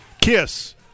Kiss